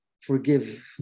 forgive